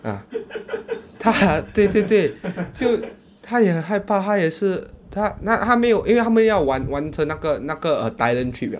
ah 他还对对对就他也害怕他也是他他他没有因为他们要完完成那个那个 err Thailand trip liao